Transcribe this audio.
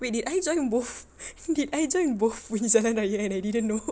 wait did I join both did I join both pergi jalan raya and I didn't know